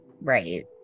Right